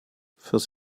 fürs